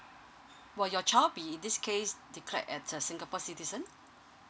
will your child be in this case declared a singapore citizen